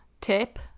Tip